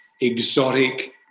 exotic